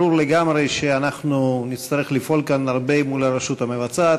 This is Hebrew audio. ברור לגמרי שאנחנו נצטרך לפעול כאן הרבה מול הרשות המבצעת,